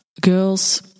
Girls